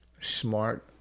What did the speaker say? Smart